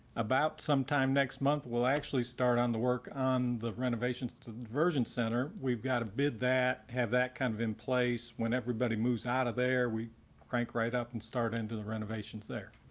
about sometime next month, we'll actually start on the work on the renovations to the version center, we've got a bid that have that kind of in place. when everybody moves out of there, we crank right up and start into the renovations there.